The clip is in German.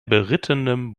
berittenem